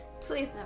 Please